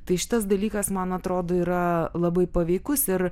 tai šitas dalykas man atrodo yra labai paveikus ir